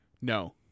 No